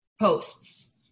posts